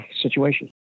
situation